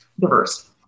diverse